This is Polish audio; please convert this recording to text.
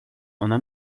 ona